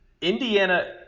Indiana